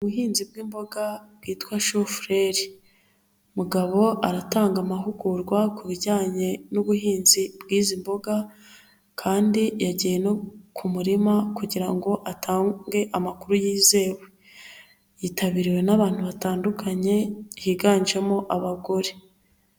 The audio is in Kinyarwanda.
Ubuhinzi bw'imboga bwitwa shu furere umugabo aratanga amahugurwa ku bijyanye n'ubuhinzi bw'izi mboga, kandi yagiye no ku murima kugira ngo atange amakuru yizewe yitabiriwe n'abantu batandukanye higanjemo abagore.